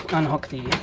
unhook the